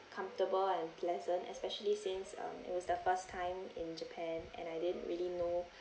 comfortable and pleasant especially since um it was the first time in japan and I didn't really know